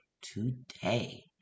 today